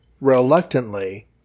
reluctantly